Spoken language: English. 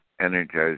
energized